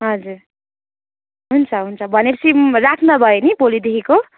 हजुर हुन्छ हुन्छ भनेपछि राख्दा भयो नि भोलिदेखिको